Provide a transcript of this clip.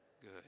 good